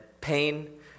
pain